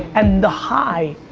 and the high,